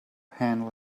handle